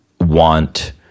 want